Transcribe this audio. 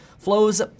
flows